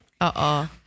Uh-oh